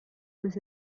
was